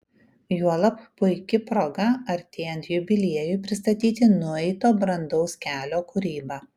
juolab puiki proga artėjant jubiliejui pristatyti nueito brandaus kelio kūrybą